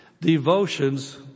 devotions